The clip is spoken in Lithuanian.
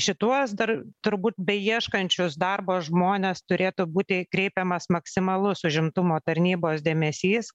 šituos dar turbūt beieškančius darbo žmones turėtų būti kreipiamas maksimalus užimtumo tarnybos dėmesys